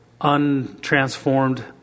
untransformed